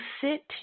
sit